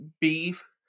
beef